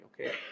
Okay